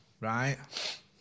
right